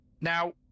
now